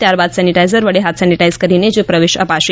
ત્યારબાદ સેનિટાઇઝર વડે હાથ સેનિટાઇઝ કરીને જ પ્રવેશ અપાશે